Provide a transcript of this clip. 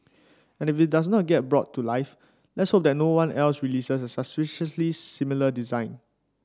and if it does get brought to life let's hope that no one else releases a suspiciously similar design